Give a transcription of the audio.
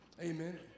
Amen